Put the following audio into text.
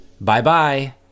Bye-bye